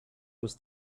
was